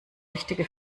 richtige